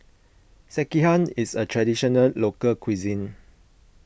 Sekihan is a Traditional Local Cuisine